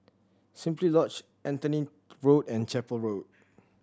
Simply Lodge Anthony Road and Chapel Road